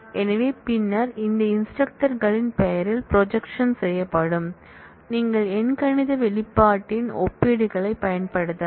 எனவே பின்னர் அந்த இன்ஸ்ட்ரக்டர் களின் பெயரில் ப்ரொஜெக்க்ஷன் Π செய்யப்படும் நீங்கள் எண்கணித வெளிப்பாட்டின் ஒப்பீடுகளைப் பயன்படுத்தலாம்